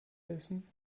essen